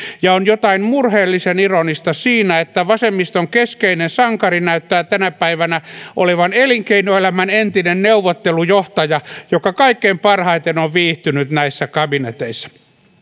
ja on jotain murheellisen ironista siinä että vasemmiston keskeinen sankari näyttää tänä päivänä olevan elinkeinoelämän entinen neuvottelujohtaja joka kaikkein parhaiten on viihtynyt näissä kabineteissa